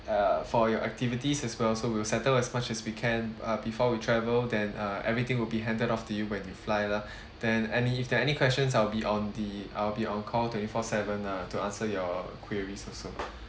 uh for your activities as well so we'll settle as much as we can uh before we travel then uh everything will be handed off to you when you fly lah then any if there are any questions I'll be on the I'll be on call twenty four seven lah to answer your queries also